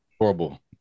Horrible